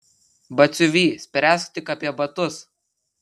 batsiuvy spręsk tik apie batus